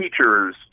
teachers